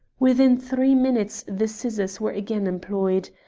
within three minutes the scissors were again employed.